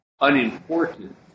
unimportant